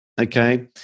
Okay